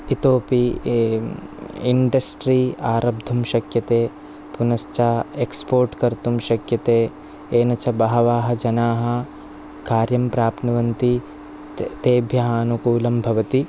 इतोपि इण्डस्ट्रि आरब्धुं शक्यते पुनश्च एक्स्पोर्ट् कर्तुं शक्यते येन च बहवः जनाः कार्यं प्राप्नुवन्ति तेभ्यः अनुकूलं भवति